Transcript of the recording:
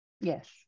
Yes